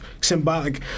symbolic